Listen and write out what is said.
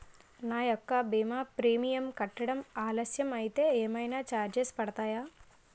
నా యెక్క భీమా ప్రీమియం కట్టడం ఆలస్యం అయితే ఏమైనా చార్జెస్ పడతాయా?